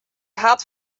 hat